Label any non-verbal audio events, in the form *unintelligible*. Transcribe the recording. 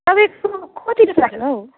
तपाईँको कति चाहिँ *unintelligible*